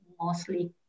mostly